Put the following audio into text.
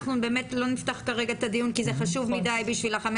אנחנו באמת לא נפתח כרגע את הדיון כי זה חשוב מדי בשביל החמש